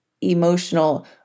emotional